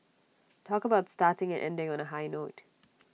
talk about starting and ending on A high note